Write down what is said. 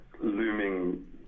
looming